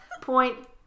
Point